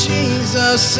Jesus